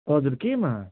हजुर केमा